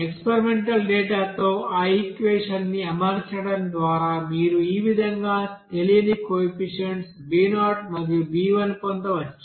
experimental data తో ఆ equation ని అమర్చడం ద్వారా మీరు ఈ విధంగా తెలియని కోఎఫిసిఎంట్స్ b0 మరియు b1 పొందవచ్చు